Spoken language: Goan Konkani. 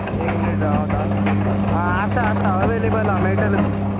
एक मिनीट रावात हां पयता आं आसा आसा अवेलेबल आसा मेळटले तुमकां